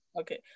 Okay